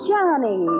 Johnny